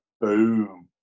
Boom